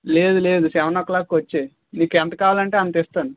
లేదు లేదు సెవెన్ ఓ క్లాక్కి వచ్చేయి నీకు ఎంత కావాలంటే అంత ఇస్తాను